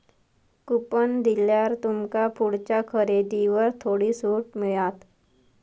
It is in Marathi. कुपन दिल्यार तुमका पुढच्या खरेदीवर थोडी सूट मिळात